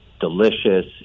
delicious